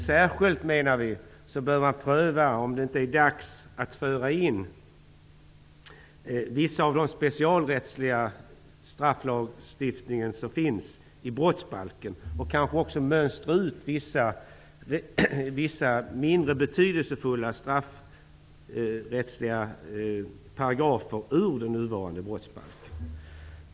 Särskilt bör man, menar vi, pröva om det inte är dags att föra in vissa delar av den specialrättsliga strafflagstiftning som finns i brottsbalken och kanske också mönstra ut vissa mindre betydelsefulla straffrättsliga paragrafer ur den nuvarande brottsbalken.